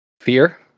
Fear